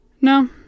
No